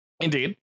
Indeed